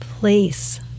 place